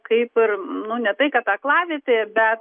kaip ir nu ne tai kad aklavietėje bet